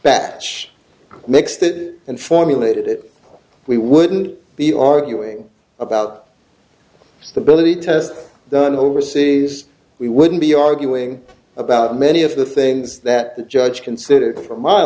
batch mix that and formulated it we wouldn't be arguing about ability test done overseas we wouldn't be arguing about many of the things that the judge considered